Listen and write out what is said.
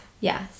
Yes